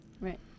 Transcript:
Right